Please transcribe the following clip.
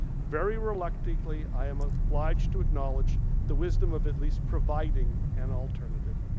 very reluctantly i am obliged to acknowledge the wisdom of at least providing an alternative.